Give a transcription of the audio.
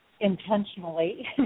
Intentionally